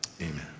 Amen